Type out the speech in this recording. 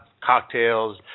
cocktails